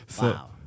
Wow